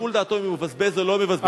לא, זה לשיקול דעתו אם הוא מבזבז או לא מבזבז.